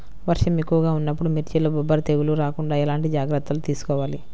వర్షం ఎక్కువగా ఉన్నప్పుడు మిర్చిలో బొబ్బర తెగులు రాకుండా ఎలాంటి జాగ్రత్తలు తీసుకోవాలి?